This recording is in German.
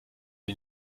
den